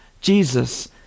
Jesus